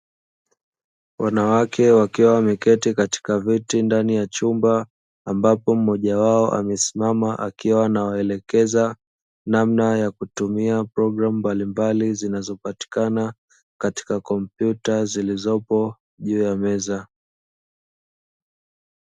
Wanawake wakiwa wameketi katika viti ndani ya chumba, ambapo mmoja wao amesimama akiwa anawaelekeza namna ya kutumia programu mbalimbali zinazopatikana katika kompyuta zilizopo juu ya meza.